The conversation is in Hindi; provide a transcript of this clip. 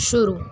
शुरू